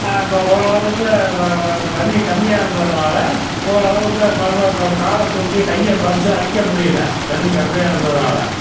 ப ஓரளவுக்கு தண்ணி கம்மியாக இருந்ததுனால ஓரளவுக்கு படுத்த இப்போ காலை தூக்கி கையை பிடிச்சி அடிக்க முடியல தண்ணி கம்மியாக இருந்ததுனால்